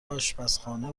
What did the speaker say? آشپزخانه